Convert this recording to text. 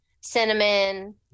cinnamon